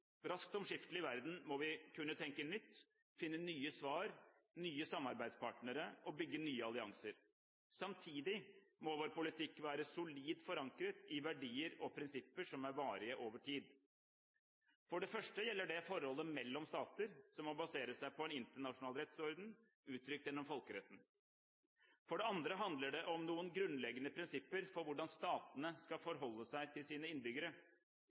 raskt omskiftelig verden må vi kunne tenke nytt, finne nye svar, nye samarbeidspartnere og bygge nye allianser. Samtidig må vår politikk være solid forankret i verdier og prinsipper som er varige over tid. For det første gjelder det forholdet mellom stater, som må basere seg på en internasjonal rettsorden, uttrykt gjennom folkeretten. For det andre handler det om noen grunnleggende prinsipper for hvordan statene skal forholde seg til sine innbyggere.